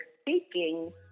speaking